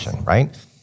right